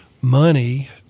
money